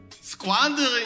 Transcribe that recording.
Squandering